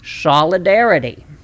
Solidarity